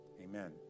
Amen